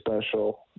special